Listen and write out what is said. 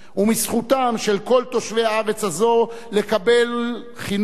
ומזכותם של כל תושבי הארץ הזו לקבל חינוך